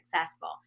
successful